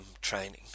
training